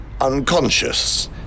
unconscious